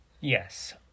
Yes